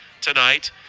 tonight